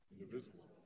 indivisible